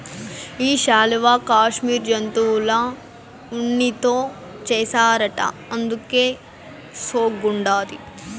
ఈ శాలువా కాశ్మీరు జంతువుల ఉన్నితో చేస్తారట అందుకే సోగ్గుండాది